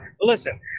listen